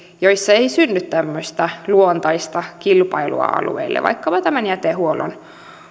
kun ei synny tämmöistä luontaista kilpailua alueille vaikkapa tämän jätehuollon